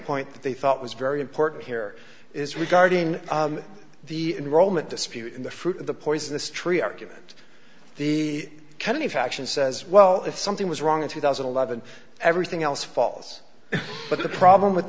point that they thought was very important here is regarding the enrolment dispute in the fruit of the poisonous tree argument the kennedy faction says well if something was wrong in two thousand and eleven everything else falls but the problem with